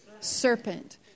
Serpent